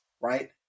right